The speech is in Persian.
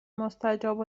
مستجاب